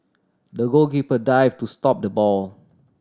the goalkeeper dive to stop the ball